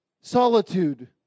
solitude